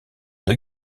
deux